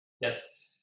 Yes